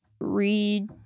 read